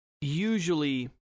usually